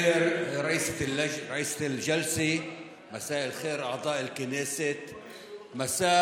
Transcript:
לחברינו שלא יודעים ערבית: היום בבוקר הגיעו פקחים של הרשות